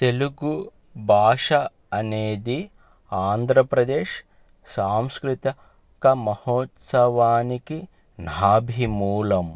తెలుగు భాష అనేది ఆంధ్రప్రదేశ్ సాంస్కృతిక మహోత్సవానికి నాభి మూలం